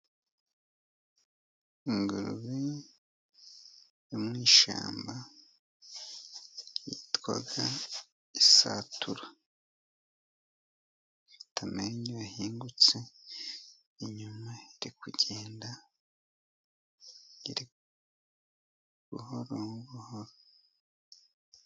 Ingurube yo mu ishyamba yitwa isatura. Ifite amenyo yahingutse inyuma, iri kugenda buhoro buhoro.